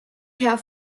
herr